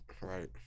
right